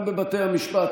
גם בבתי המשפט,